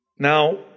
Now